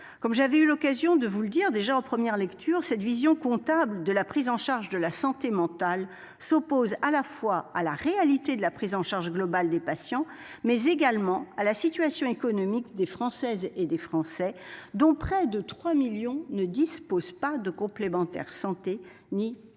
Comme j'avais eu l'occasion de vous le dire déjà en première lecture cette vision comptable de la prise en charge de la santé mentale s'oppose à la fois à la réalité de la prise en charge globale des patients, mais également à la situation économique des Françaises et des Français, dont près de 3 millions ne dispose pas de complémentaire santé ni d'ACS.